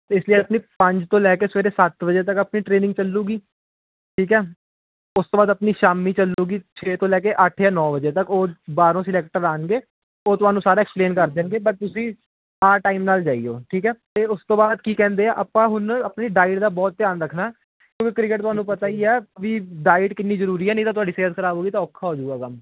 ਇਸ ਲਈ ਆਪਣੀ ਪੰਜ ਤੋਂ ਲੈ ਕੇ ਸਵੇਰੇ ਸੱਤ ਵਜੇ ਤੱਕ ਆਪਣੀ ਟ੍ਰੇਨਿੰਗ ਚਲੂਗੀ ਠੀਕ ਹੈ ਉਸ ਤੋਂ ਬਾਅਦ ਆਪਣੀ ਸ਼ਾਮੀ ਚੱਲੂਗੀ ਛੇ ਤੋਂ ਲੈ ਕੇ ਅੱਠ ਜਾਂ ਨੌਂ ਵਜੇ ਤੱਕ ਉਹ ਬਾਹਰੋਂ ਸਲੈਕਟਰ ਆਉਣਗੇ ਉਹ ਤੁਹਾਨੂੰ ਸਾਰਾ ਐਕਸਪਲੇਨ ਕਰ ਦੇਣਗੇ ਬਟ ਤੁਸੀਂ ਆ ਟਾਈਮ ਨਾਲ ਜਾਈਓ ਠੀਕ ਹੈ ਉਸ ਤੋਂ ਬਾਅਦ ਕੀ ਕਹਿੰਦੇ ਆ ਆਪਾਂ ਹੁਣ ਆਪਣੀ ਡਾਇਟ ਦਾ ਬਹੁਤ ਧਿਆਨ ਰੱਖਣਾ ਕਿਉਂਕਿ ਕ੍ਰਿਕਟ ਤੁਹਾਨੂੰ ਪਤਾ ਹੀ ਹੈ ਬਈ ਡਾਇਟ ਕਿੰਨੀ ਜ਼ਰੂਰੀ ਹੈ ਨਹੀਂ ਤਾਂ ਤੁਹਾਡੀ ਸਿਹਤ ਖ਼ਰਾਬ ਹੋ ਗਈ ਤਾਂ ਔਖਾ ਹੋਜੂਗਾ ਕੰਮ